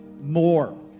more